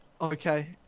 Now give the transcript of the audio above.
Okay